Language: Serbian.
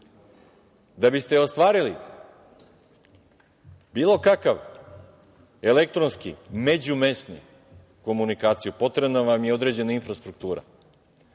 Da bi ste ostvarili bilo kakav elektronski, međumesni, komunikaciju, potrebna vam je određena infrastruktura. Samo